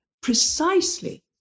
precisely